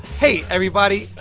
hey, everybody.